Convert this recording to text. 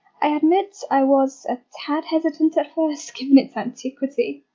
i admit, i was a tad hesitant at first, given its antiquity.